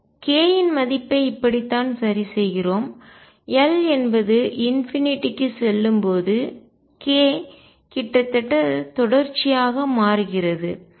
K இன் மதிப்பை இப்படித்தான் சரிசெய்கிறோம் L என்பது ∞ க்கு செல்லும்போது k கிட்டத்தட்ட தொடர்ச்சியாக மாறுகிறது